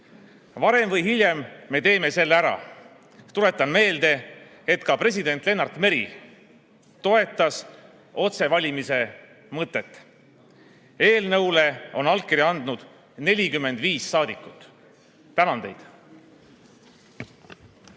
Varem või hiljem me teeme selle ära. Tuletan meelde, et ka president Lennart Meri toetas otsevalimise mõtet. Eelnõule on allkirja andnud 45 saadikut. Tänan teid!